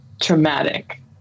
traumatic